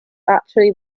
actually